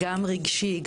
רגשי,